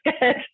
good